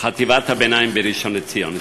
בחטיבת הביניים בראשון-לציון.